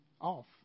off